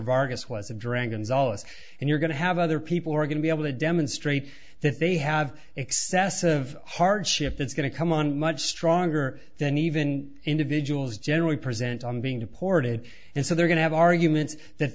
vargas was a dragon's aulus and you're going to have other people are going to be able to demonstrate that they have excessive hardship that's going to come on much stronger than even individuals generally present on being deported and so they're going to have arguments that